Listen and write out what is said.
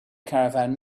caravan